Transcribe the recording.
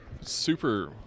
super